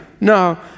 No